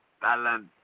Balance